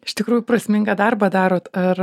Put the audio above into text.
iš tikrųjų prasmingą darbą darot ar